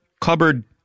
Cupboard